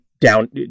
down